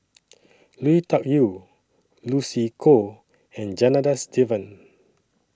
Lui Tuck Yew Lucy Koh and Janadas Devan